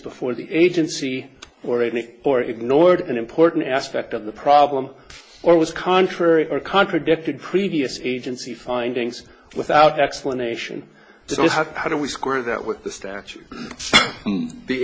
before the agency or any or ignored an important aspect of the problem or was contrary or contradicted previous agency findings without explanation how do we square that with the statute